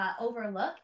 overlook